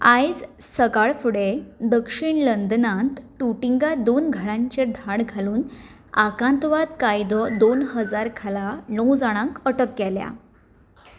आयज सकाळ फुडें दक्षीण लंडनांत टुटिंगा दोन घरांचेर धाड घालून आकांतवाद कायदो दोन हजार खाला णव जाणांक अटक केल्या